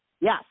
yes